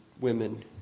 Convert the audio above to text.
women